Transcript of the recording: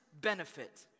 benefit